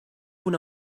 una